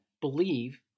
believe